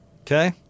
Okay